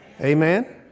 Amen